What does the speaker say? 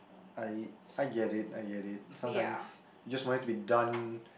I I get it I get it sometimes you just want it to be done